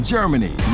Germany